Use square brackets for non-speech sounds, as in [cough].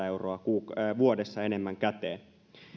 [unintelligible] euroa vuodessa enemmän käteen